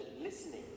listening